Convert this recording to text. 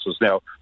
Now